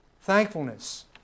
Thankfulness